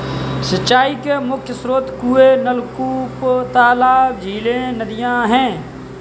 सिंचाई के मुख्य स्रोत कुएँ, नलकूप, तालाब, झीलें, नदियाँ हैं